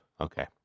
Okay